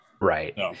Right